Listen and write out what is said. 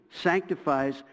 sanctifies